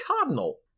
cardinal